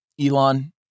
Elon